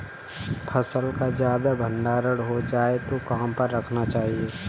फसल का ज्यादा भंडारण हो जाए तो कहाँ पर रखना चाहिए?